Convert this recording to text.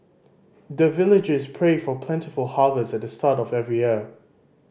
the villagers pray for plentiful harvest at the start of every year